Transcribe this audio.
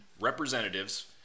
representatives